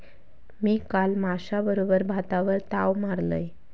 मी काल माश्याबरोबर भातावर ताव मारलंय